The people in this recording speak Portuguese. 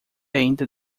ainda